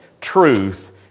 truth